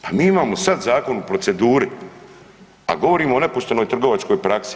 Pa mi imamo sad zakon u proceduri a govorimo o nepoštenoj trgovačkoj praksi.